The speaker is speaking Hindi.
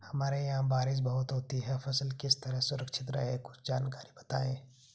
हमारे यहाँ बारिश बहुत होती है फसल किस तरह सुरक्षित रहे कुछ जानकारी बताएं?